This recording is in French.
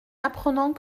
apprenant